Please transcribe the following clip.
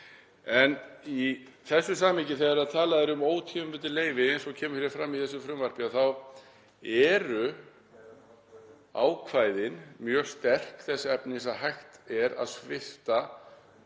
En í þessu samhengi, þegar talað er um ótímabundið leyfi eins og kemur fram í þessu frumvarpi, þá eru ákvæðin mjög sterk þess efnis að hægt er að svipta